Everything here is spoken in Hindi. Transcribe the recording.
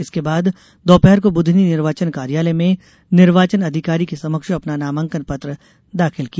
इसके बाद दोपहर को बुधनी निर्वाचन कार्यालय में निर्वाचन अधिकारी के समक्ष अपना नामांकन पत्र दाखिल किया